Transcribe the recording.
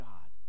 God